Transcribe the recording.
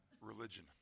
religion